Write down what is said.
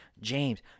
James